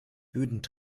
wütend